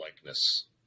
likeness